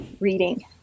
reading